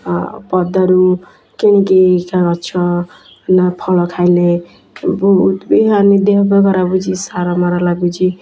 ଆଉ ପଦାରୁ କିଣିକି ଗଛ ମାନେ ଫଳ ଖାଇଲେ ବହୁତ ବି ହାନି ଦେହପା ଖରାପ ହେଉଛି ସାରମାର ଲାଗୁଛି